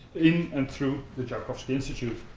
in and through the joukowsky institute.